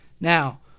Now